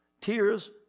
Tears